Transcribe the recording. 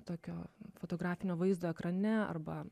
tokio fotografinio vaizdo ekrane arba